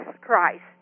Christ